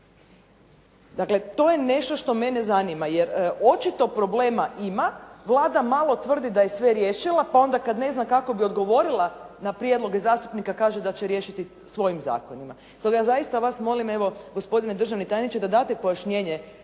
Dakle, to je nešto što mene zanima jer očito problema ima. Vlada malo tvrdi da je sve riješila pa onda kad ne zna kako bi odgovorila na prijedloge zastupnika, kaže da će riješiti svojim zakonima. Stoga ja zaista vas molim evo, gospodine državni tajniče, da date pojašnjenje